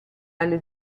alle